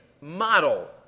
model